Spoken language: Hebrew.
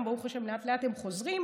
והיום ברוך השם לאט-לאט הם חוזרים.